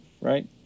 right